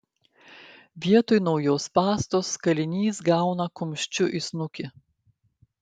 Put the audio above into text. vietoj naujos pastos kalinys gauna kumščiu į snukį